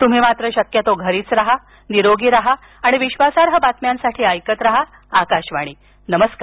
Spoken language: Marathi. तूम्ही मात्र शक्यतो घरीच राहा निरोगी राहा आणि विश्वासार्ह बातम्यांसाठी ऐकत राहा आकाशवाणी नमस्कार